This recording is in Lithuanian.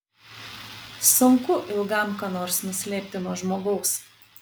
sunku ilgam ką nors nuslėpti nuo žmogaus